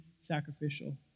sacrificial